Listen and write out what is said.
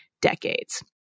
decades